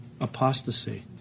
Apostasy